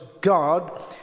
God